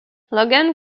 logan